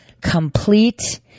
complete